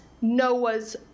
Noah's